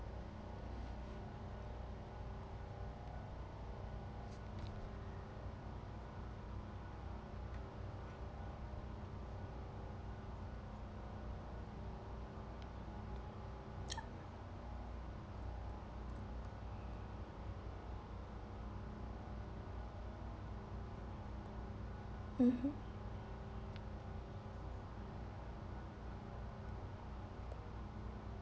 mmhmm